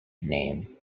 name